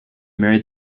married